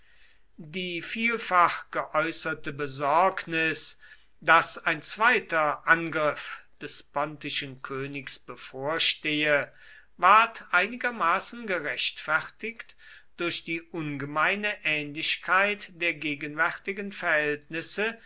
die vielfach geäußerte besorgnis daß ein zweiter angriff des pontischen königs bevorstehe ward einigermaßen gerechtfertigt durch die ungemeine ähnlichkeit der gegenwärtigen verhältnisse